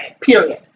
period